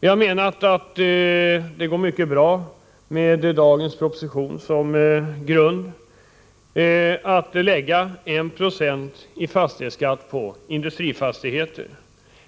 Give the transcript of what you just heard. Vi anser att det med dagens proposition som grund går mycket bra att lägga 1 90 i fastighetsskatt på industrifastigheter,